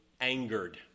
angered